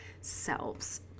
selves